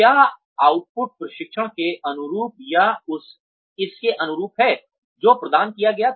क्या आउटपुट प्रशिक्षण के अनुरूप या इसके अनुरूप है जो प्रदान किया गया था